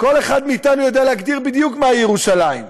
כל אחד מאתנו יודע להגדיר בדיוק מהי ירושלים,